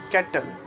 Cattle